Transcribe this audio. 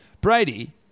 Brady